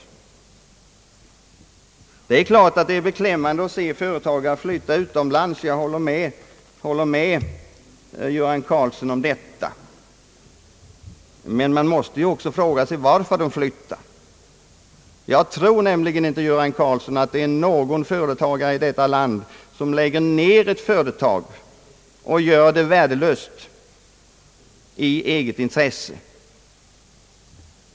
Det är klart att det är beklämmande att se företagare flytta utomlands — jag håller med herr Göran Karlsson därom — men man måste också fråga varför de flyttar. Jag tror nämligen inte, herr Göran Karlsson, att någon företagare i detta land i eget intresse lägger ned ett företag och gör det värdelöst.